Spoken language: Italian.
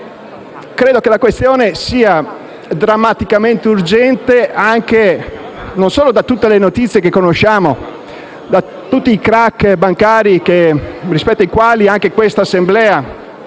Credo che la questione sia drammaticamente urgente non solo a causa di tutte le notizie che conosciamo, tutti i *crac* bancari rispetto ai quali anche questa Assemblea